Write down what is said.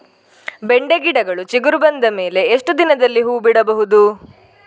ಬೆಂಡೆ ಗಿಡಗಳು ಚಿಗುರು ಬಂದ ಮೇಲೆ ಎಷ್ಟು ದಿನದಲ್ಲಿ ಹೂ ಬಿಡಬಹುದು?